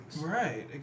Right